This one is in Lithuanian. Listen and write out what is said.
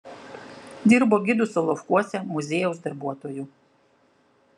dirbo gidu solovkuose muziejaus darbuotoju